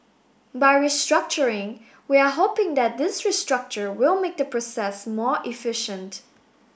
by restructuring we are hoping that this restructure will make the process more efficient